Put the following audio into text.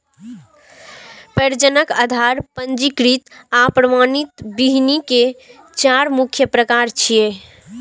प्रजनक, आधार, पंजीकृत आ प्रमाणित बीहनि के चार मुख्य प्रकार छियै